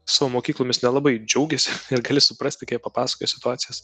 savo mokyklomis nelabai džiaugiasi ir gali suprasti kai jie papasakoja situacijas